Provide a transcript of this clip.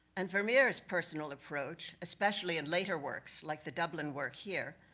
and vermeer's personal approach, especially in later works, like the dublin work here,